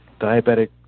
diabetic